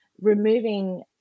removing